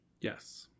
Yes